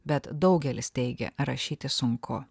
bet daugelis teigia rašyti sunku